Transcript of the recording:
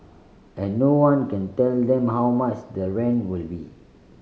and no one can tell them how much the rent will be